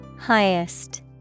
Highest